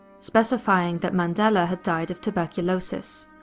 specifying that mandela had died of tuberculosis.